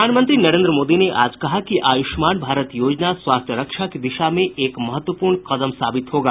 प्रधानमंत्री नरेन्द्र मोदी ने आज कहा कि आयुष्मान भारत योजना स्वास्थ्य रक्षा की दिशा में एक महत्वपूर्ण कदम साबित होगा